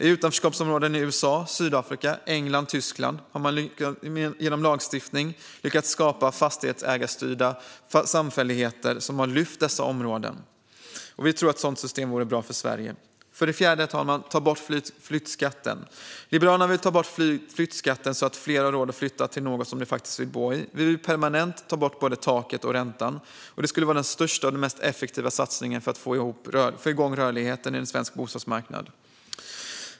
I utanförskapsområden i USA, Sydafrika, England och Tyskland har man genom lagstiftning lyckats skapa fastighetsägarstyrda samfälligheter som har lyft dessa områden. Vi tror att ett sådant system vore bra för Sverige. För det fjärde, herr talman: Ta bort flyttskatten. Liberalerna vill ta bort flyttskatten så att fler har råd att flytta till något som de faktiskt vill bo i. Vi vill permanent ta bort både taket och räntan. Detta skulle vara den största och mest effektiva satsningen för att få igång rörligheten på den svenska bostadsmarknaden.